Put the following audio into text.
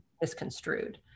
misconstrued